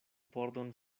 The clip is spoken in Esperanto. pordon